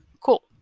cool